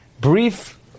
brief